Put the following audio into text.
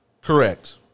Correct